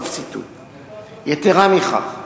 יתירה מכך,